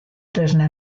tresna